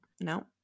no